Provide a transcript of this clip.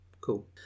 Cool